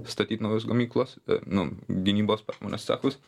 statyt naujas gamyklas nu gynybos pramonės cechus